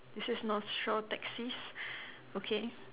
this is North Shore taxis okay